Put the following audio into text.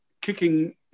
kicking